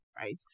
right